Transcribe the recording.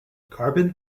carbon